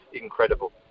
incredible